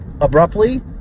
abruptly